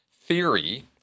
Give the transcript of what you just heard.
theory